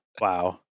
wow